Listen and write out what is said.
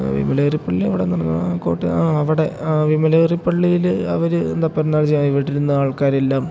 വിമലഗിരി പള്ളി അവിടെ നിന്നു വേണം ആ കോട്ടയം ആ അവിടെ ആ വിമലഗിരിപ്പള്ളിയിൽ അവർ എന്താ പെരുന്നാളെന്നു വെച്ചാൽ വീട്ടിലിരുന്ന ആൾക്കാരെല്ലാം